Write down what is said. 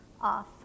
off